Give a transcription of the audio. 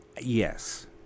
yes